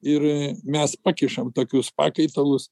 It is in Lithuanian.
ir mes pakišam tokius pakaitalus